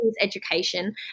education